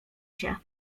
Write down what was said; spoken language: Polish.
się